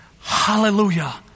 hallelujah